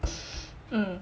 hmm